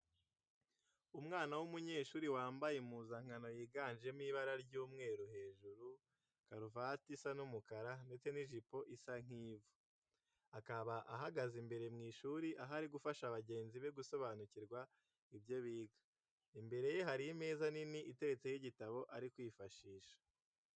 Umwana w'umunyeshuri wambaye impuzankano yiganjemo ibara ry'umweru hejuru, karuvati isa umukara ndetse n'ijipo isa nk'ivu. Akaba ahagaze mbere mu ishuri aho ari gufasha bagenzi be gusobanukirwa ibyo biga. Imbere ye hari imeza nini iteretseho igitabo ari kwifashisha.